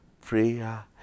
Prayer